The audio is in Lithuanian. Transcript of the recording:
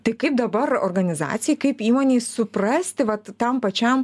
tai kaip dabar organizacijai kaip įmonei suprasti vat tam pačiam